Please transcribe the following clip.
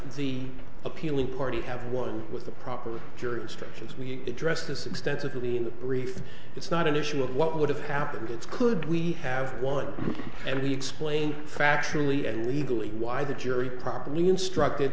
be appealing party have one with the proper jury instructions we addressed this extensively in that brief it's not an issue of what would have happened it's could we have won and we explain factually and legally why the jury probably instructed